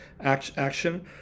action